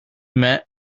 met